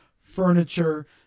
furniture